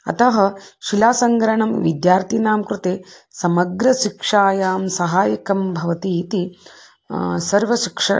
अतः शिलासङ्ग्रहणं विद्यार्थिनां कृते समग्रसिक्षायां सहायकं भवति इति सर्व शिक्षण